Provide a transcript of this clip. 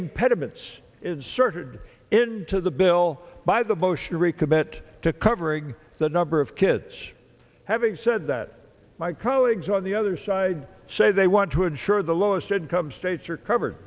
impediments inserted into the bill by the motion to recommit to covering the number of kids having said that my colleagues on the other side say they want to ensure the lowest income states are covered